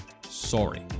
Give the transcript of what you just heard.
sorry